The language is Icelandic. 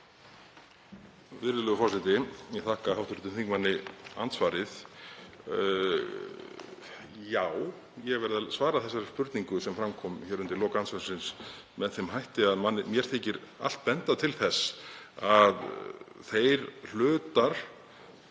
Virðulegur forseti. Ég þakka hv. þingmanni andsvarið. Já, ég verð að svara þeirri spurningu sem fram kom undir lok andsvarsins með þeim hætti að mér þykir allt benda til þess að þeir hlutar